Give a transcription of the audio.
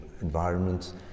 environments